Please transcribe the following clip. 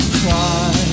cry